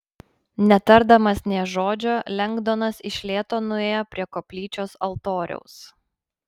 netardamas nė žodžio lengdonas iš lėto nuėjo prie koplyčios altoriaus